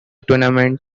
tournament